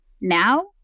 now